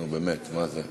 נו, באמת, מה זה?